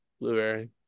blueberry